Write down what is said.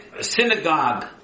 synagogue